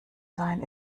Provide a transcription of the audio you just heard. sein